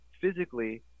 physically